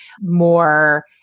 more